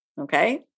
Okay